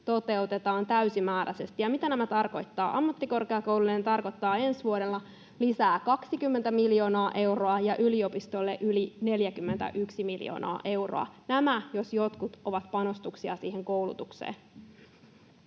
toteutetaan täysimääräisesti. Ja mitä tämä tarkoittaa? Ammattikorkeakouluille se tarkoittaa ensi vuodelle lisää 20 miljoonaa euroa ja yliopistoille yli 41 miljoonaa euroa. Nämä jos jotkut ovat panostuksia siihen koulutukseen.